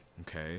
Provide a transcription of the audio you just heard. okay